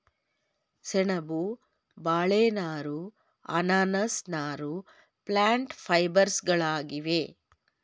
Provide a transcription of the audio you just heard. ಸೆಣಬು, ಬಾಳೆ ನಾರು, ಅನಾನಸ್ ನಾರು ಪ್ಲ್ಯಾಂಟ್ ಫೈಬರ್ಸ್ಗಳಾಗಿವೆ